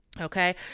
Okay